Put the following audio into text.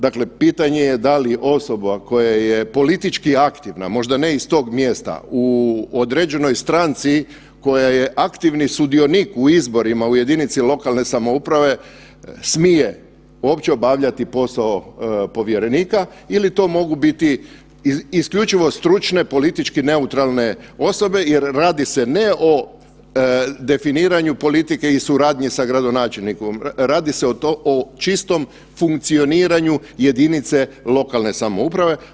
Dakle, pitanje je da li osoba koja je politički aktivna možda ne iz tog mjesta, u određenoj stranci koja je aktivni sudionik u izborima u jedinici lokalne samouprave smije uopće obavljati posao povjerenika ili to mogu biti isključivo stručne politički neutralne osobe jer radi se ne o definiranju politike i suradnji sa gradonačelnikom, radi se o čistom funkcioniranju jedinice lokalne samouprave.